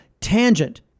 tangent